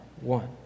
one